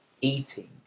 eating